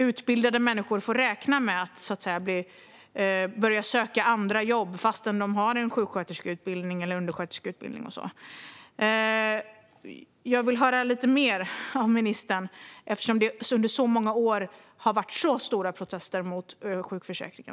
Utbildade människor får alltså räkna med att börja söka andra jobb, trots att de har en sjuksköterskeutbildning, en undersköterskeutbildning eller annan utbildning. Jag vill höra lite mer av ministern, eftersom det under så många år har varit så stora protester mot sjukförsäkringen.